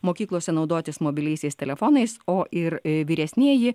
mokyklose naudotis mobiliaisiais telefonais o ir a vyresnieji